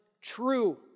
true